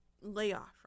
layoff